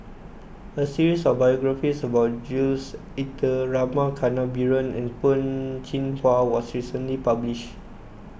a series of biographies about Jules Itier Rama Kannabiran and Peh Chin Hua was recently published